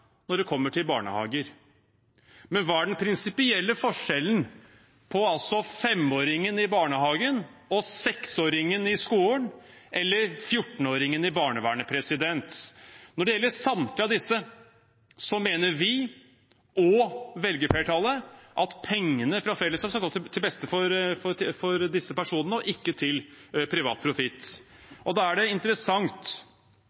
når det gjelder barnehager. Men hva er den prinsipielle forskjellen på femåringen i barnehagen og seksåringen i skolen – eller 14-åringen i barnevernet? Når det gjelder samtlige av disse, mener vi, og velgerflertallet, at pengene fra fellesskapet skal gå til beste for disse personene og ikke til privat